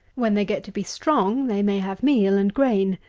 when they get to be strong, they may have meal and grain,